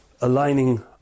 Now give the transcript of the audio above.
aligning